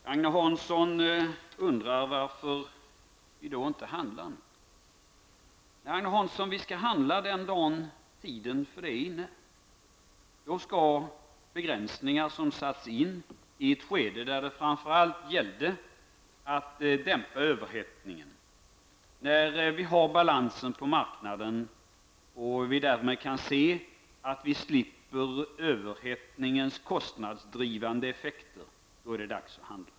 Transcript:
Herr talman! Agne Hansson undrar varför vi inte handlar. Agne Hansson, vi skall handla den dag tiden för det är inne. Då skall begränsningen som satts in, i ett skede då de behövdes för att dämpa överhettningen släppas. När vi har balans på marknaden och vi därmed kan se att vi slipper överhettningens kostnadsdrivande effekter, då är det dags att handla.